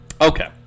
Okay